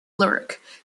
lyric